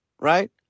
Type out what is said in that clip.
right